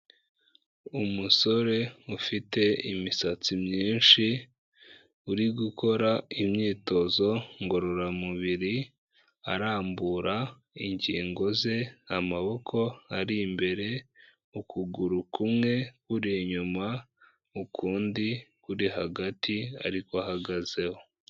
Umusore ufite imisatsi myinshi uri gukora imyitozo ngororamubiri arambura ingingo ze amaboko ari imbere, ukuguru kumwe kuri inyuma, ukundi kuri hagati ari ko ahagazeho.